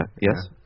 yes